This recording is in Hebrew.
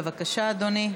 בבקשה, אדוני.